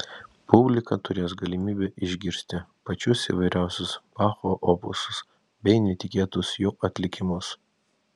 publika turės galimybę išgirsti pačius įvairiausius bacho opusus bei netikėtus jų atlikimus